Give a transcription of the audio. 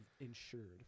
insured